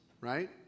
right